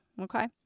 okay